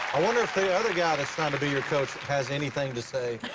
i wonder if the other guy that's trying to be your coach has anything to say.